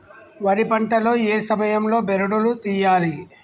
వరి పంట లో ఏ సమయం లో బెరడు లు తియ్యాలి?